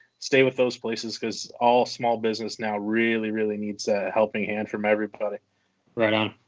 stay with those places cause all small business now really, really needs a helping hand from everybody. right on.